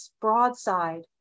broadside